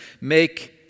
make